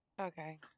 Okay